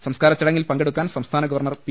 സംസ്കാര ചടങ്ങിൽ പങ്കെടുക്കാൻ സംസ്ഥാന ഗവർണർ പി